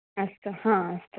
अस्तु आम् अस्तु